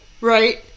Right